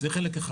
זה חלק אחד.